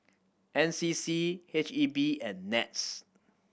N C C H E B and NETS